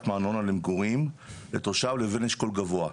מארנונה למגורים לתושב לבין אשכול גבוה.